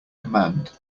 command